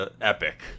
epic